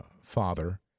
father